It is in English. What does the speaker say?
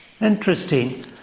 Interesting